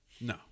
No